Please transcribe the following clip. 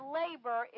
labor